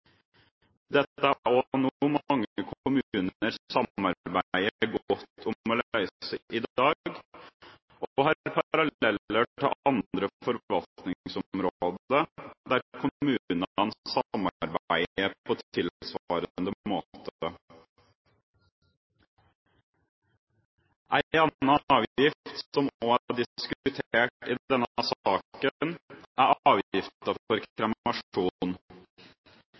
Dette er også noe mange kommuner samarbeider godt om å løse i dag, og det har paralleller til andre forvaltningsområder der kommunene samarbeider på tilsvarende måte. En annen avgift som også er diskutert i denne saken, er